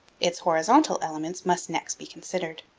its horizontal elements must next be considered.